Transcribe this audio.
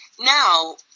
Now